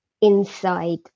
inside